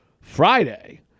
Friday